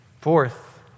Fourth